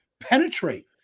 penetrate